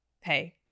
hey